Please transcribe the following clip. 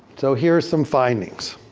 so, here's some findings.